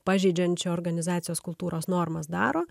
pažeidžiančio organizacijos kultūros normas daro